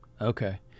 okay